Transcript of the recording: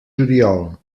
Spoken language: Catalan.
juliol